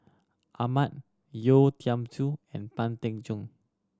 Ahmad Yeo Tiam Siew and Pang Teck Joon